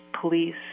police